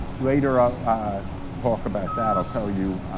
later i'll talk about that, i'll tell you